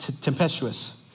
tempestuous